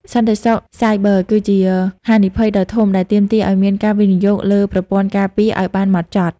សន្តិសុខសាយប័រគឺជាហានិភ័យដ៏ធំដែលទាមទារឱ្យមានការវិនិយោគលើប្រព័ន្ធការពារឱ្យបានហ្មត់ចត់។